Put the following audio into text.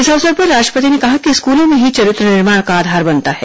इस अवसर पर राष्ट्रपति ने कहा कि स्कूलों में ही चरित्र निर्माण का आधार बनता है